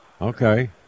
Okay